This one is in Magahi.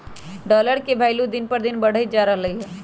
डॉलर के भइलु दिन पर दिन बढ़इते जा रहलई ह